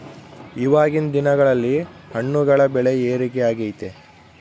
ಇವಾಗಿನ್ ದಿನಗಳಲ್ಲಿ ಹಣ್ಣುಗಳ ಬೆಳೆ ಏರಿಕೆ ಆಗೈತೆ